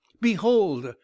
Behold